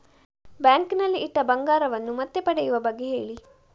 bank ನಲ್ಲಿ ಇಟ್ಟ ಬಂಗಾರವನ್ನು ಮತ್ತೆ ಪಡೆಯುವ ಬಗ್ಗೆ ಹೇಳಿ